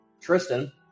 Tristan